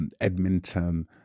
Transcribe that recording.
Edmonton